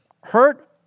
hurt